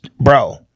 Bro